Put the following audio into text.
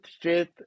fifth